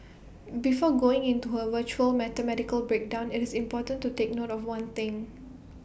before going into her virtuoso mathematical breakdown IT is important to take note of one thing